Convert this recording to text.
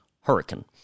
hurricane